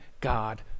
God